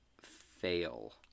fail